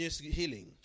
healing